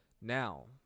Now